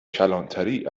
کلانتری